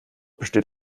besteht